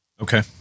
Okay